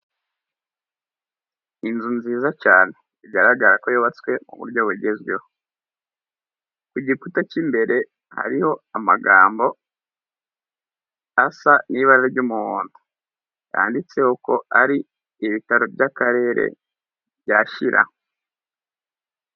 Inzu nziza cyane, bigaragara ko yubatswe ku buryo bugezweho. Ku gikuta cy'imbere hariho amagambo asa n'ibara ry'umuhondo, yanditseho ko ari ibitaro by'akarere byashyira.